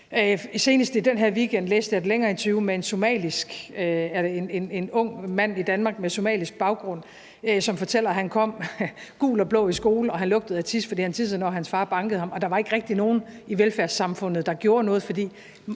i den her weekend læst et længere interview med en ung mand i Danmark med somalisk baggrund, som fortæller, at han kom gul og blå i skole, og at han lugtede af tis, fordi han tissede i bukserne, når hans far bankede ham. Og der var ikke rigtig nogen i velfærdssamfundet, der gjorde noget, fordi